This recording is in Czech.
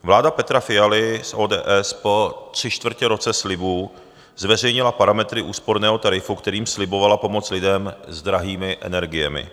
Vláda Petra Fialy z ODS po tři čtvrtě roce slibů zveřejnila parametry úsporného tarifu, kterým slibovala pomoc lidem s drahými energiemi.